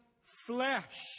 flesh